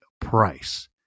price